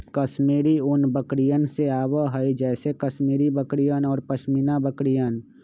कश्मीरी ऊन बकरियन से आवा हई जैसे कश्मीरी बकरियन और पश्मीना बकरियन